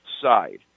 side